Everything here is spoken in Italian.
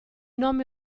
nome